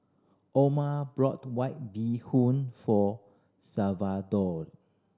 Orma brought White Bee Hoon for Salvatore